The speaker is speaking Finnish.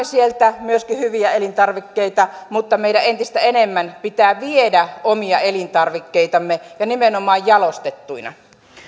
sieltä myöskin hyviä elintarvikkeita mutta meidän pitää entistä enemmän viedä omia elintarvikkeitamme ja nimenomaan jalostettuina